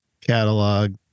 catalog